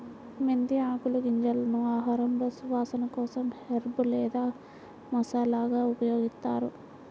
మెంతి ఆకులు, గింజలను ఆహారంలో సువాసన కోసం హెర్బ్ లేదా మసాలాగా ఉపయోగిస్తారు